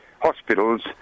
Hospitals